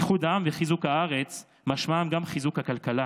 איחוד העם וחיזוק הארץ משמעם גם חיזוק הכלכלה